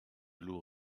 lou